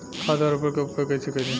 खाद व उर्वरक के उपयोग कइसे करी?